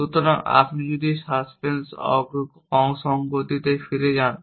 সুতরাং আপনি যদি সাসপেন্স অসংগতিতে ফিরে যান